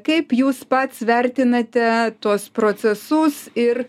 kaip jūs pats vertinate tuos procesus ir